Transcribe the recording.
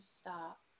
stop